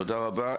תודה רבה.